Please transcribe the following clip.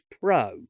Pro